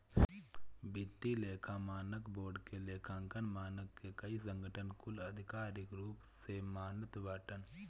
वित्तीय लेखा मानक बोर्ड के लेखांकन मानक के कई संगठन कुल आधिकारिक रूप से मानत बाटन